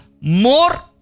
more